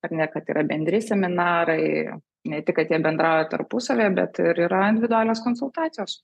ar ne kad yra bendri seminarai ne tik kad jie bendrauja tarpusavyje bet ir yra individualios konsultacijos